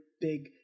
big